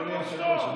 אדוני היושב-ראש,